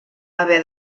haver